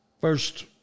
First